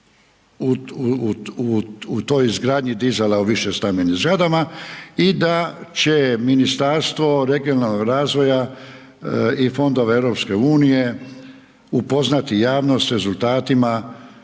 u toj izgradnji dizala u višestambenim zgradama i da će Ministarstvo regionalnog razvoja i fondova EU upoznati javnost s rezultatima